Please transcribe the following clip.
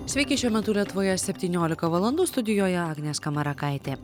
sveiki šiuo metu lietuvoje septyniolika valandų studijoje agnė skamarakaitė